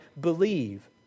believe